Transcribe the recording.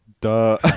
Duh